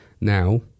now